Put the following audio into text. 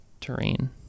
terrain